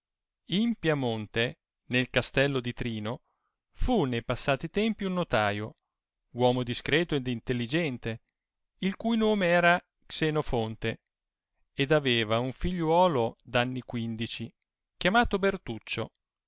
in piamente nel castello di trino fu ne passati tempi un notaio uomo discreto ed intelligente il cui nome era xenofonte ed aveva un figliuolo d'anni quindici chiamato bertuccio